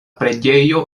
preĝejo